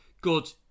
good